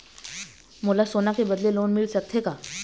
मोला सोना के बदले लोन मिल सकथे का?